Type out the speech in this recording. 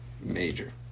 Major